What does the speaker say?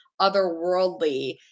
otherworldly